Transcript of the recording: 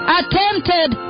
attempted